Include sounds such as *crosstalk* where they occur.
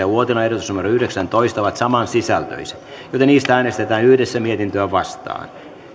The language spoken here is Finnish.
*unintelligible* uotilan ehdotus yhdeksäntoista ovat saman sisältöisiä joten niistä äänestetään yhdessä mietintöä vastaan